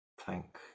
Thank